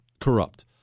corrupt